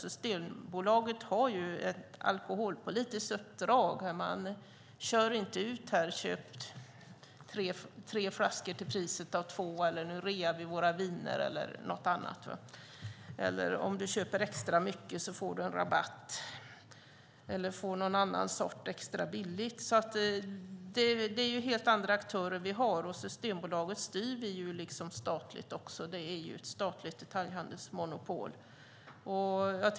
Systembolaget har ett alkoholpolitiskt uppdrag och går inte ut med uppmaningar om att man ska köpa tre flaskor till priset av två, att det är rea på deras viner, att man får rabatt om man köper extra mycket eller att man får någon annan sort extra billigt. Det är helt andra aktörer som vi har, men Systembolaget styr vi eftersom det är ett statligt detaljhandelsmonopol.